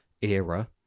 era